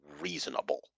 reasonable